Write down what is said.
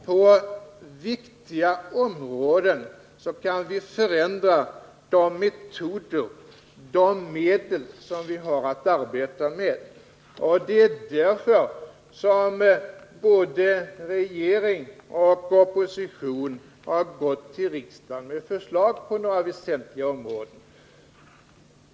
På viktiga områden kan vi förändra de metoder och de medel som vi har att arbeta med. Det är därför som både regering och opposition har gått till riksdagen med förslag på några väsentliga områden.